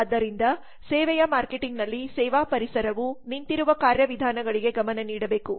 ಆದ್ದರಿಂದ ಸೇವೆಯ ಮಾರ್ಕೆಟಿಂಗ್ನಲ್ಲಿ ಸೇವಾ ಪರಿಸರವು ನಿಂತಿರುವ ಕಾರ್ಯವಿಧಾನಗಳಿಗೆ ಗಮನ ನೀಡಬೇಕು